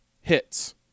hits